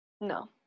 No